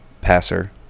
passer